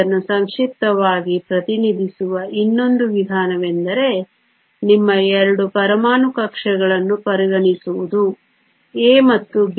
ಇದನ್ನು ಸಂಕ್ಷಿಪ್ತವಾಗಿ ಪ್ರತಿನಿಧಿಸುವ ಇನ್ನೊಂದು ವಿಧಾನವೆಂದರೆ ನಿಮ್ಮ 2 ಪರಮಾಣು ಕಕ್ಷೆಗಳನ್ನು ಪರಿಗಣಿಸುವುದು A ಮತ್ತು B